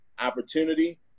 opportunity